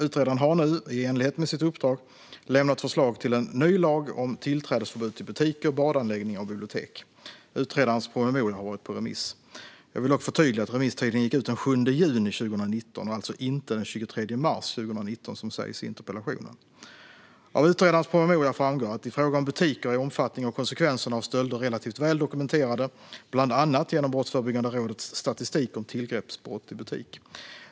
Utredaren har nu, i enlighet med sitt uppdrag, lämnat förslag till en ny lag om tillträdesförbud till butiker, badanläggningar och bibliotek. Utredarens promemoria har varit på remiss. Jag vill dock förtydliga att remisstiden gick ut den 7 juni 2019 och alltså inte den 23 mars 2019 som det sägs i interpellationen. Av utredarens promemoria framgår i fråga om butiker att omfattningen och konsekvenserna av stölder är relativt väl dokumenterade, bland annat genom Brottsförebyggande rådets statistik om tillgreppsbrott i butik.